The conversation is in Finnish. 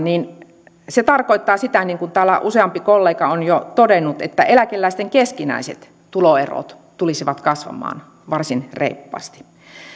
niin se tarkoittaisi sitä niin kuin täällä useampi kollega on jo todennut että eläkeläisten keskinäiset tuloerot tulisivat kasvamaan varsin reippaasti